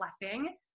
blessing